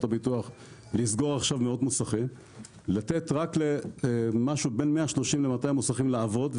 הביטוח בלסגור עכשיו מאות מוסכים ולתת רק לכ-200-130 מוסכים לעבוד,